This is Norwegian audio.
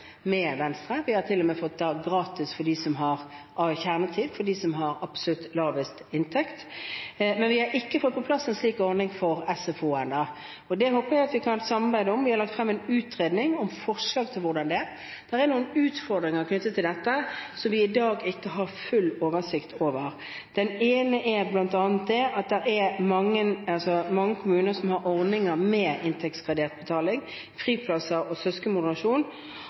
Venstre. Vi har til og med fått gratis kjernetid for dem som har absolutt lavest inntekt, men vi har ikke fått på plass en slik ordning for SFO ennå. Det håper jeg vi kan samarbeide om. Vi har lagt frem en utredning med forslag til hvordan det kan gjøres. Det er noen utfordringer knyttet til dette som vi i dag ikke har full oversikt over. Den ene er bl.a. at det er mange kommuner som har ordninger med inntektsgradert betaling, friplasser og